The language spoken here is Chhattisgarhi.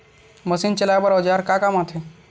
मशीन चलाए बर औजार का काम आथे?